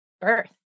birth